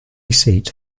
seat